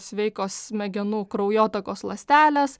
sveikos smegenų kraujotakos ląstelės